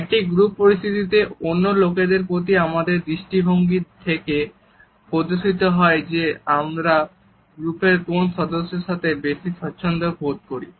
একটি গ্রুপ পরিস্থিতিতে অন্য লোকদের প্রতি আমাদের দৃষ্টিভঙ্গি থেকে প্রদর্শিত হয় যে আমরা গ্রুপের কোন সদস্যের সাথে বেশী স্বছন্দ্য বোধ করি